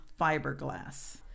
fiberglass